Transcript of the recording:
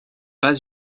pas